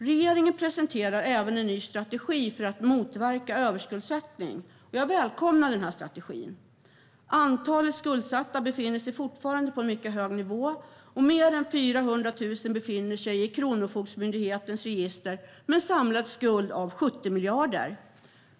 Regeringen presenterar även en ny strategi för att motverka överskuldsättning. Jag välkomnar denna strategi. Antalet skuldsatta befinner sig fortfarande på en mycket hög nivå, och mer än 400 000 befinner sig i Kronofogdemyndighetens register med en samlad skuld på 70 miljarder.